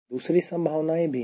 दूसरी संभावनाएं भी है